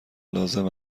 لازم